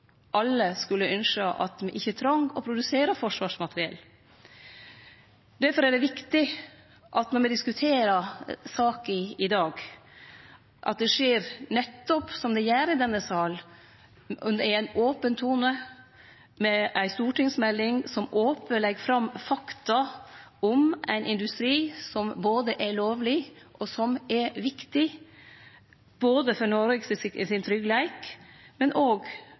Alle skulle me ynskje at me ikkje trong å produsere forsvarsmateriell. Difor er det viktig når me diskuterer saka i dag, at det skjer – nettopp som det gjer i denne salen – i ein open tone, med ei stortingsmelding som ope legg fram fakta om ein industri som er lovleg, og som er viktig, både for Noregs tryggleik og for å bidra til viktig teknologiutvikling for Forsvaret og industrien i Noreg.